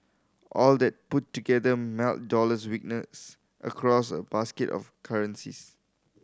all that put together meant dollar weakness across a basket of currencies